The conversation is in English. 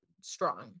strong